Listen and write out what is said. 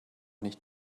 nicht